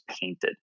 painted